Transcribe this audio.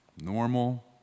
Normal